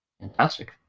Fantastic